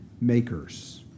makers